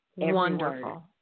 Wonderful